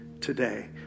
today